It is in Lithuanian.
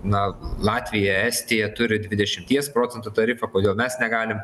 na latvija estija turi dvidešimties procentų tarifą kodėl mes negalim